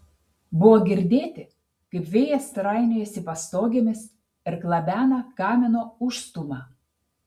buvo girdėti kaip vėjas trainiojasi pastogėmis ir klabena kamino užstūmą